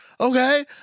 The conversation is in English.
Okay